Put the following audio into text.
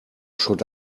should